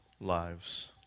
lives